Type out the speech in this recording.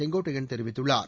செங்கோட்டையன் தெரிவித்துள்ளார்